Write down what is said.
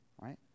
right